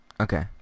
Okay